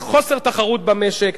לחוסר תחרות במשק,